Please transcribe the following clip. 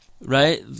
Right